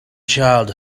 child